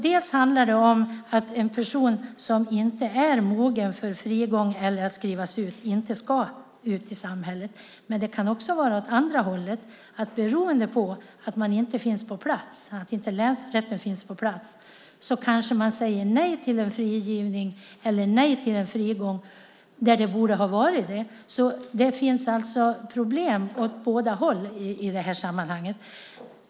Det handlar om att en person som inte är mogen för frigång eller för att skrivas ut inte ska ut i samhället. Det kan också vara åt andra hållet. Beroende på att länsrätten inte finns på plats kanske man säger nej till en frigivning eller en frigång där det borde ha varit ja. Det finns alltså problem åt båda håll i det här sammanhanget.